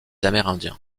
amérindiens